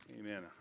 Amen